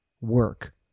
work